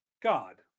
God